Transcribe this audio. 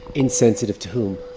insensitive to whom?